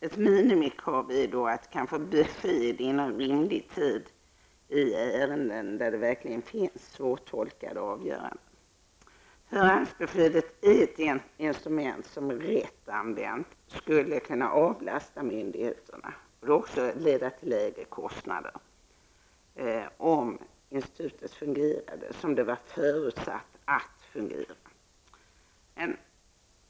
Ett minimikrav är att besked skall ges inom rimlig tid i ärenden där det verkligen finns svårtolkade avgöranden. Förhandsbeskeden är ett institut som rätt använt skulle kunna avlasta myndigheterna och leda till lägre kostnader, om institutet fungerade som det var förutsatt att fungera.